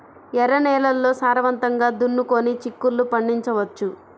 ఎర్ర నేలల్లో సారవంతంగా దున్నుకొని చిక్కుళ్ళు పండించవచ్చు